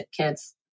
kids